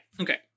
okay